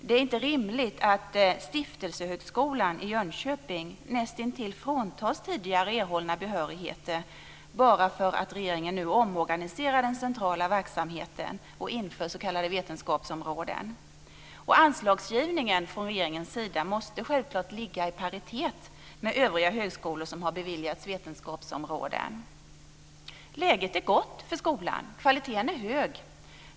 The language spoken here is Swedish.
Det är inte rimligt att stiftelsehögskolan i Jönköping näst intill fråntas tidigare erhållna behörigheter bara för att regeringen nu omorganiserar den centrala verksamheten och inför s.k. vetenskapsområden. Och anslagsgivningen från regeringens sida måste självklart ligga i paritet med övriga högskolor som har beviljats vetenskapsområden. Läget är gott för skolan, och kvaliteten är hög.